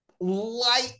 light